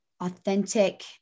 authentic